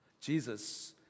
Jesus